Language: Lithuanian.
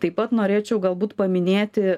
taip pat norėčiau galbūt paminėti